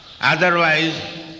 Otherwise